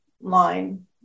line